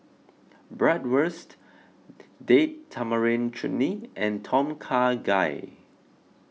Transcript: Bratwurst Date Tamarind Chutney and Tom Kha Gai